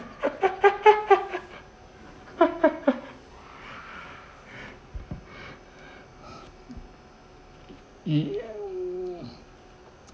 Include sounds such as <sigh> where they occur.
<laughs> ya